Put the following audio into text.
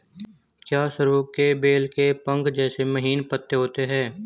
क्या सरु के बेल के पंख जैसे महीन पत्ते होते हैं?